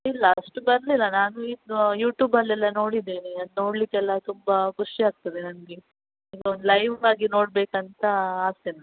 ಇಲ್ಲ ಅಷ್ಟು ಬರಲಿಲ್ಲ ನಾನು ಇದು ಯೂಟ್ಯೂಬಲ್ಲೆಲ್ಲ ನೋಡಿದ್ದೇನೆ ಅದು ನೋಡಲಿಕ್ಕೆಲ್ಲ ತುಂಬಾ ಖುಷಿಯಾಗ್ತದೆ ನನಗೆ ಈಗ ಒಂದು ಲೈವ್ ಆಗಿ ನೋಡಬೇಕಂತ ಆಸೆ ನನ್ಗೆ